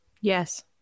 Yes